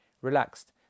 Relaxed